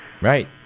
Right